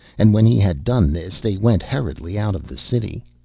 and when he had done this they went hurriedly out of the city.